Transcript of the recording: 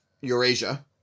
Eurasia